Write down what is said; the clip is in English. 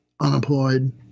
unemployed